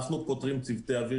אנחנו פוטרים צוותי אוויר,